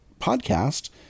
podcast